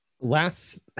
Last